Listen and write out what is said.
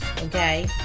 okay